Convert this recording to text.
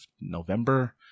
november